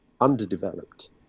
underdeveloped